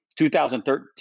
2013